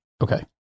Okay